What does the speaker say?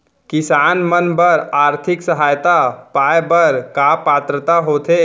किसान मन बर आर्थिक सहायता पाय बर का पात्रता होथे?